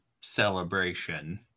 celebration